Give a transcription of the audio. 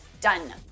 done